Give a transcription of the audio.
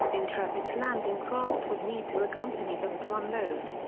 intrepid's landing craft would need to accompany them to unload.